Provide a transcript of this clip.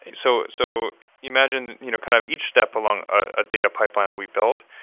so so imagine you know kind of each step along a data pipeline that we build,